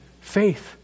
faith